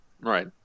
Right